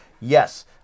yes